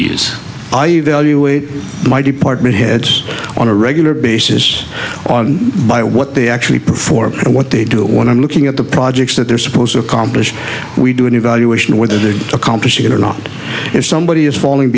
evaluate my department heads on a regular basis on by what they actually perform or what they do when i'm looking at the projects that they're supposed to accomplish we do an evaluation whether they accomplish it or not if somebody is falling